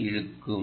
ஐ இழுக்கும்